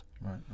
Right